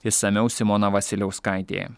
išsamiau simona vasiliauskaitė